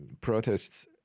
protests